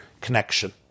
connection